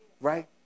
Right